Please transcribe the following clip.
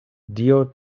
dio